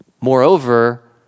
Moreover